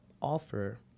offer